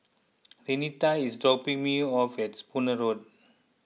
Renita is dropping me off at Spooner Road